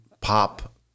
pop